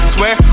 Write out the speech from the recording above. Swear